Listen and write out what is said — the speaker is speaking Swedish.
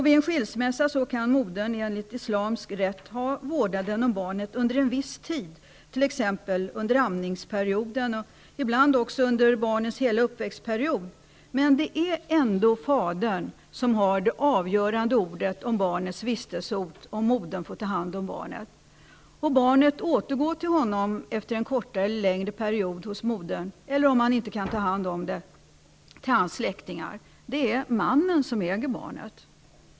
Vid en skilsmässa kan modern enligt islamisk rätt ha vårdnaden om barnet under en viss tid, t.ex. under amningsperioden och ibland även under barnets hela uppväxtperiod, men det är ändå fadern som har det avgörande ordet när det gäller barnets vistelseort om modern får ta hand om det. Barnet återgår till honom efter en kortare eller längre period hos modern eller, om han inte kan ta hand om det, till hans släktingar. Det är mannen som äger barnet.